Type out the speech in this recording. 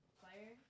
player